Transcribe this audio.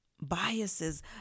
biases